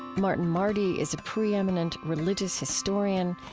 martin marty is a preeminent religious historian.